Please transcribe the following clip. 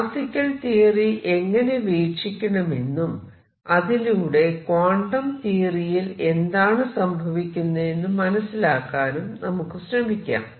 classical theory എങ്ങനെ വീക്ഷിക്കണമെന്നും അതിലൂടെ ക്വാണ്ടം തിയറിയിൽ എന്താണ് സംഭവിക്കുന്നതെന്ന് മനസിലാക്കാനും നമുക്ക് ശ്രമിക്കാം